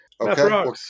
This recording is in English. okay